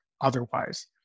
Otherwise